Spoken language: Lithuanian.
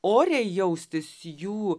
oriai jaustis jų